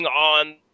on